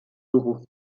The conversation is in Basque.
dugu